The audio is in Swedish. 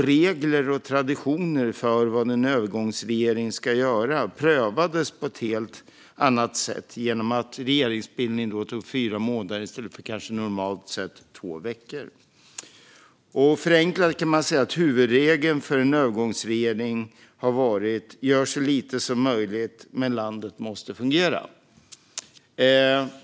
Regler och traditioner gällande vad en övergångsregering ska göra prövades på ett helt annat sätt än tidigare genom att regeringsbildningen alltså tog fyra månader i stället för normalt sett kanske två veckor. Förenklat kan man säga att huvudregeln för en övergångsregering har varit: Gör så lite som möjligt, men landet måste fungera.